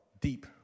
deep